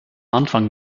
anfang